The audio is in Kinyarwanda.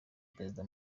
perezida